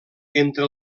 entre